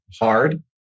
hard